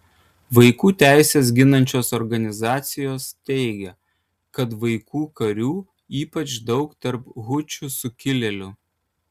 vaikų teises ginančios organizacijos teigia kad vaikų karių ypač daug tarp hučių sukilėlių